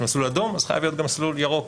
יש מסלול אדום אז חייב להיות גם מסלול ירוק,